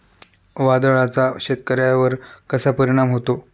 वादळाचा शेतकऱ्यांवर कसा परिणाम होतो?